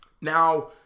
now